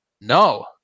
No